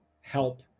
help